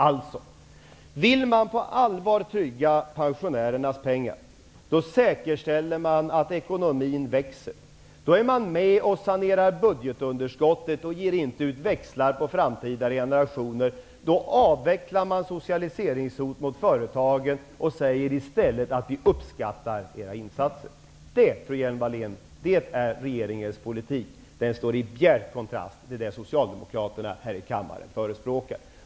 Alltså: Vill man på allvar trygga pensionärernas pengar, säkerställa att ekonomin växer, då är man med och sanerar budgetunderskottet och ger inte ut växlar på framtida generationer, då avecklar man socialiseringshot mot företagen och säger i stället: Vi uppskattar era insatser. Det, fru Hjelm-Wallén, är regeringens politik. Den står i bjärt kontrast mot den som socialdemokraterna här i kammaren förespråkar.